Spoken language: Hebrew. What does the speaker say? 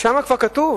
שם כבר כתוב